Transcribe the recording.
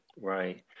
Right